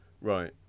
Right